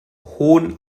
hohn